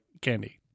candy